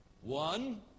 One